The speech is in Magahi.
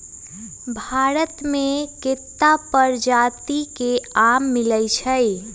भारत मे केत्ता परजाति के आम मिलई छई